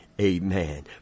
Amen